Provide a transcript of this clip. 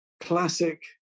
classic